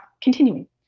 continuing